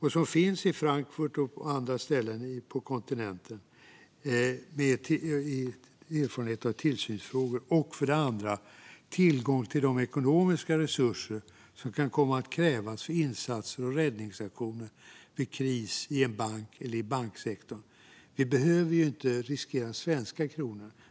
Den finns i Frankfurt och på andra ställen på kontinenten. Den andra fördelen är tillgång till de ekonomiska resurser som kan komma att krävas för insatser och räddningsaktioner vid kris i en bank eller i banksektorn. Vi behöver inte riskera den svenska kronan.